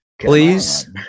please